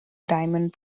diamond